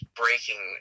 breaking